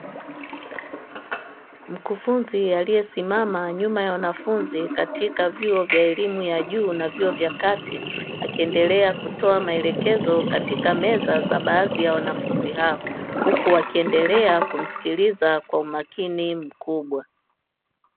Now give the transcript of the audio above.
Mkufunzi aliyesimama nyuma ya wanafunzi katika vyuo vya elimu ya juu na vyuo vya kati akiendelea kutoa maelekezo katika meza za baadhi ya wanafunzi hao, huku wakiendelea kumsikiliza kwa umakini mkubwa.